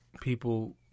people